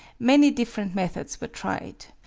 many different methods were tried.